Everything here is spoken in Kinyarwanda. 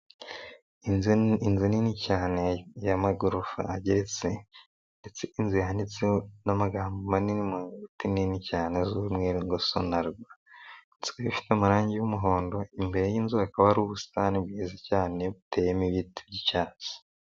Inzu nini cyane y'amagorofa ageretse ndetse inzu yanditseho n'amagambo manini mu nyuguti nini cyane z'umweru ngo sonarwa, ifite amarangi y'umuhondo imbere y'inzu hakaba ari ubusitani bwiza cyane buteyemo ibiti by'icyatsi.